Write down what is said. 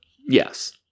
yes